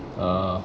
ah